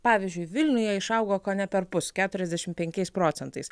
pavyzdžiui vilniuje išaugo kone perpus keturiasdešimt penkiais procentais